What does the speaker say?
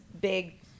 big